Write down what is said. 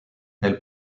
elle